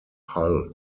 hull